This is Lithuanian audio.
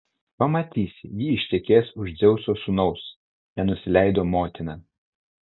pamatysi ji ištekės už dzeuso sūnaus nenusileido motina